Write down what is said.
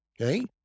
Okay